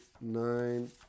nine